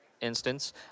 instance